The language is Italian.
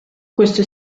questo